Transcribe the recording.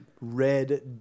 red